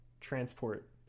transport